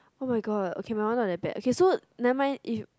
oh my god my one not that bad so nevermind if you